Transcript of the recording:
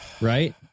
Right